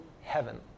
heaven